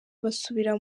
basubira